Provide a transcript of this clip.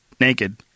naked